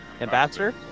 Ambassador